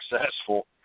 successful